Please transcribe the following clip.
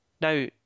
now